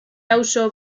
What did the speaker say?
auzo